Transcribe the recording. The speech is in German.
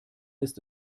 ist